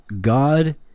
God